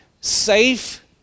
safe